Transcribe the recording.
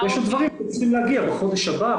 יש עוד דברים שצריכים להגיע בחודש הבא,